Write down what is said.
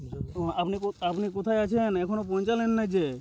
আপনি আপনি কোথায় আছেন এখনও পৌঁছলেন না যে